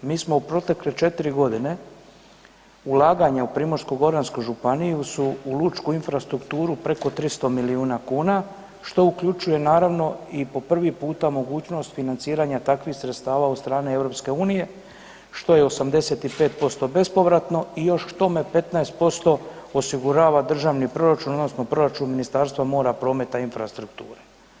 Mi smo u protekle 4 godine ulaganja u Primorsko-goransku županiju su u lučku infrastrukturu preko 300 milijuna kuna, što uključuje, naravno i po prvi puta mogućnost financiranja takvih sredstava od strane EU, što je 85% bespovratno i još k tome 15% osigurava državni proračun, odnosno proračun Ministarstvo mora, prometa i infrastrukture.